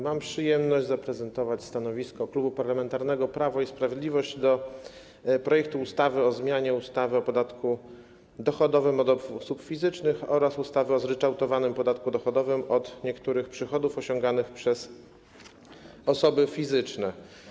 Mam przyjemność zaprezentować stanowisko Klubu Parlamentarnego Prawo i Sprawiedliwość wobec projektu ustawy o zmianie ustawy o podatku dochodowym od osób fizycznych oraz ustawy o zryczałtowanym podatku dochodowym od niektórych przychodów osiąganych przez osoby fizyczne.